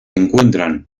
encuentran